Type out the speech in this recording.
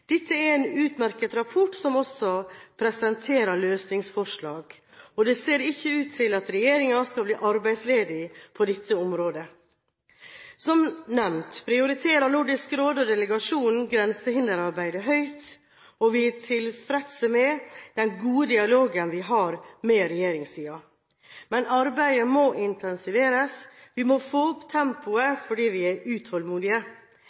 Dette er en utmerket rapport som også presenterer løsningsforslag. Det ser ikke ut til at regjeringen skal bli arbeidsledig på dette området. Som nevnt prioriterer Nordisk råd og delegasjonen grensehinderarbeidet høyt, og vi er tilfreds med den gode dialogen vi har med regjeringssiden. Men arbeidet må intensiveres. Vi må få opp tempoet, for vi er utålmodige.